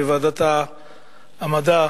בוועדת המדע,